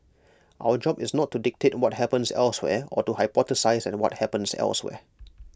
our job is not to dictate what happens elsewhere or to hypothesise what happens elsewhere